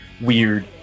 weird